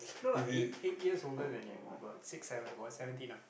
no lah eight eight years older than you about six seven about seventeen ah